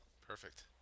perfect